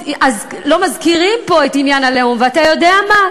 לא מזכירים פה את עניין הלאום, ואתה יודע מה?